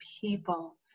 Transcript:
people